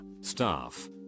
staff